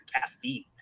caffeine